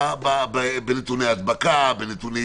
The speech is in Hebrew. בנתוני ההדבקה וכו'.